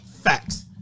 Facts